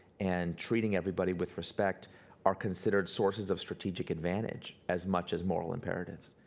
and treating everybody with respect are considered sources of strategic advantage as much as moral imperatives.